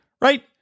right